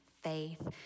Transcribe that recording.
faith